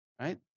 Right